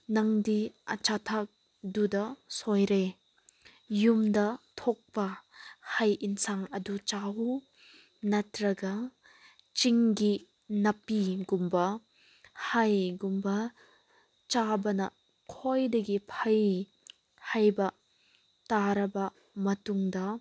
ꯅꯪꯗꯤ ꯑꯆꯥꯊꯛ ꯇꯨꯗ ꯁꯣꯏꯔꯦ ꯌꯨꯝꯗ ꯊꯣꯛꯄ ꯍꯩ ꯑꯦꯟꯁꯥꯡ ꯑꯗꯨ ꯆꯥꯎꯑꯣ ꯅꯠꯇ꯭ꯔꯒ ꯆꯤꯡꯒꯤ ꯅꯥꯄꯤꯒꯨꯝꯕ ꯍꯩꯒꯨꯝꯕ ꯆꯥꯕꯅ ꯈ꯭ꯋꯥꯏꯗꯒꯤ ꯐꯩ ꯍꯥꯏꯕ ꯇꯥꯔꯕ ꯃꯇꯨꯡꯗ